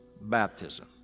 baptism